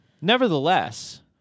Nevertheless